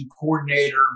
coordinator